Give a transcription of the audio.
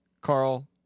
Carl